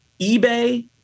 eBay